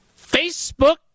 Facebook